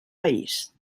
país